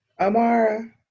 amara